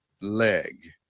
leg